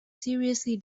seriously